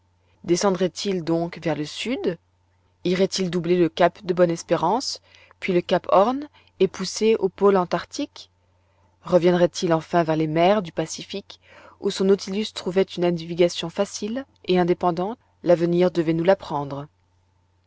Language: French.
descendrait il donc vers le sud irait-il doubler le cap de bonne-espérance puis le cap horn et pousser au pôle antarctique reviendrait-il enfin vers ses mers du pacifique où son nautilus trouvait une navigation facile et indépendante l'avenir devait nous l'apprendre